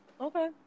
Okay